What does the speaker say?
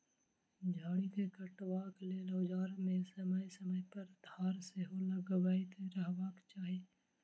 झाड़ी के काटबाक लेल औजार मे समय समय पर धार सेहो लगबैत रहबाक चाही